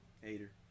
Hater